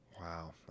wow